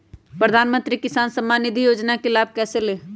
प्रधानमंत्री किसान समान निधि योजना का लाभ कैसे ले?